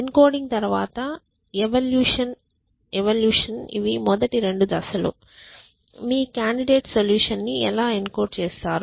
encoding తరువాత evolution ఇవి మొదటి 2 దశలు మీ కాండిడేట్ సొల్యూషన్ ని ఎలా ఎన్కోడ్ చేస్తారు